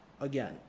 again